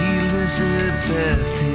Elizabeth